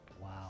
Wow